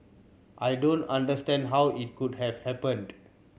I don't understand how it could have happened